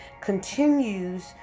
continues